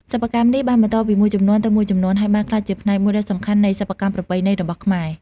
សិប្បកម្មនេះបានបន្តពីមួយជំនាន់ទៅមួយជំនាន់ ហើយបានក្លាយជាផ្នែកមួយដ៏សំខាន់នៃសិប្បកម្មប្រពៃណីរបស់ខ្មែរ។